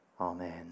amen